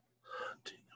Hunting